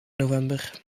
november